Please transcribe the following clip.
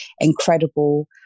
incredible